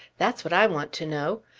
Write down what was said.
that's what i want to know.